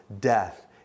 death